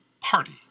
party